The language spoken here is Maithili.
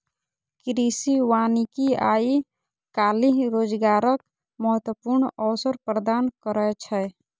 कृषि वानिकी आइ काल्हि रोजगारक महत्वपूर्ण अवसर प्रदान करै छै